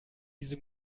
diese